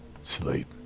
sleep